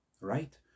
right